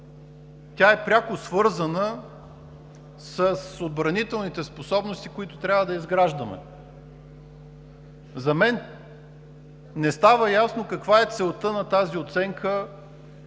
Тя е пряко свързана с отбранителните способности, които трябва да изграждаме. За мен не става ясно каква е целта на тази оценка.